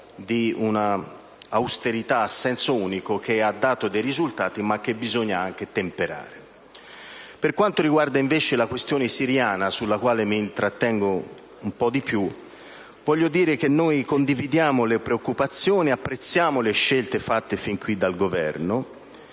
di un'austerità a senso unico, che ha dato dei risultati, ma che bisogna anche temperare. Per quanto riguarda invece la questione siriana, sulla quale mi intrattengo un po' più a lungo, voglio dire che noi condividiamo le preoccupazioni e apprezziamo le scelte fatte fin qui dal Governo,